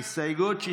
ההסתייגות (68)